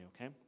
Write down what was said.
okay